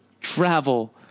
travel